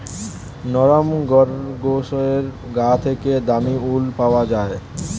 নরম খরগোশের গা থেকে দামী উল পাওয়া যায়